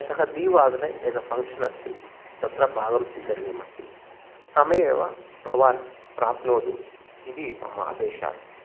श्वः द्विवादने एकं फ़ङ्क्शन् अस्ति तत्र भागं स्वीकरणीयमस्ति समयेव भवान् प्राप्नोतु इति मम अपेक्षा अस्ति